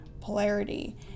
polarity